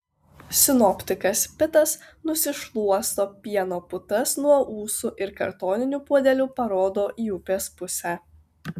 sinoptikas pitas nusišluosto pieno putas nuo ūsų ir kartoniniu puodeliu parodo į upės pusę